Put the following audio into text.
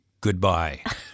goodbye